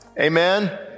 Amen